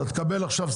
אתה תקבל עכשיו,